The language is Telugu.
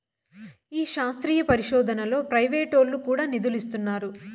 ఈ శాస్త్రీయ పరిశోదనలో ప్రైవేటోల్లు కూడా నిదులిస్తున్నారు